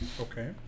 Okay